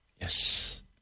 Yes